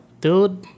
dude